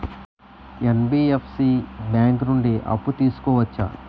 NBFC bank నుండి అప్పు తీసుకోవచ్చా?